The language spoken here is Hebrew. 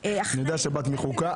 בסעיף 32(ד),